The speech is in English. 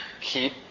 Keep